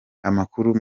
amakuru